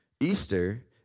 Easter